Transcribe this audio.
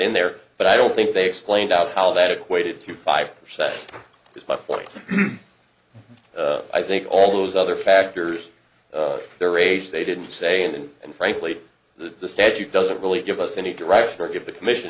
in there but i don't think they explained out how that equated to five percent is my point i think all those other factors their age they didn't say and and frankly the statute doesn't really give us any direction or give the commission